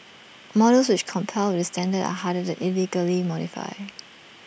models which comply with this standard are harder to illegally modify